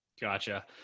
Gotcha